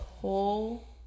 pull